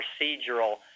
procedural